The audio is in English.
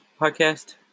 podcast